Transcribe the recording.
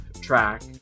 track